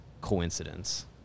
coincidence